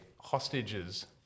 hostages